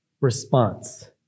response